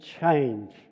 change